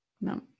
No